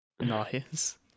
nice